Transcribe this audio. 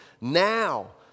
Now